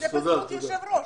זה בזכות היושב ראש.